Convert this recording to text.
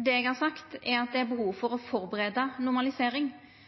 Det eg har sagt, er at det er behov for å forbereda normalisering.